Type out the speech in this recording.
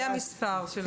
בלי המספר.